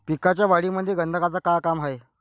पिकाच्या वाढीमंदी गंधकाचं का काम हाये?